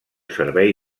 servei